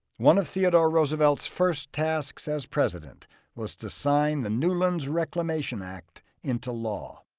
one of theodore roosevelt's first tasks as president was to sign the newlands reclamation act into law.